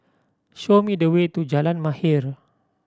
show me the way to Jalan Mahir